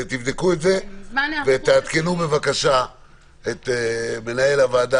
תבדקו את זה ועדכנו בבקשה את מנהל הוועדה